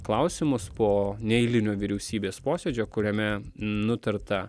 klausimus po neeilinio vyriausybės posėdžio kuriame nutarta